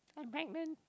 I'm pregnant